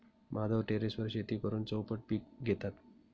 माधव टेरेसवर शेती करून चौपट पीक घेतात